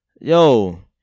yo